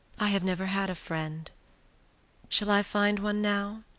i have never had a friend shall i find one now?